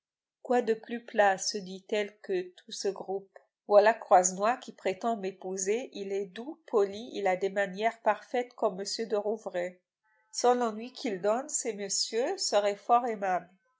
quoi de plus plat se dit-elle que tout ce groupe voilà croisenois qui prétend m'épouser il est doux poli il a des manières parfaites comme m de rouvray sans l'ennui qu'ils donnent ces messieurs seraient fort